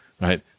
right